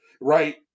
Right